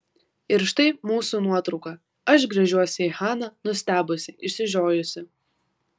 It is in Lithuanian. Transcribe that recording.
ir štai mūsų nuotrauka aš gręžiuosi į haną nustebusi išsižiojusi